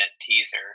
teaser